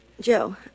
Joe